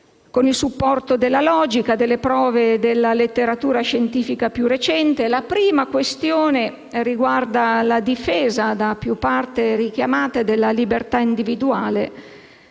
con il supporto della logica, delle prove e della letteratura scientifica più recente. La prima questione riguarda la difesa, da più parti richiamata, della libertà individuale;